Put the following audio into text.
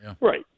Right